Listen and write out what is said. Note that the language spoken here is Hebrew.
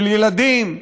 של ילדים.